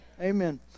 Amen